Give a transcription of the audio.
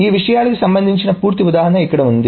ఈ విషయాలకు సంబంధించిన పూర్తి ఉదాహరణ ఇక్కడ ఉంది